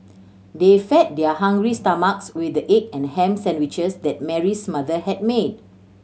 they fed their hungry stomachs with the egg and ham sandwiches that Mary's mother had made